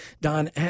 don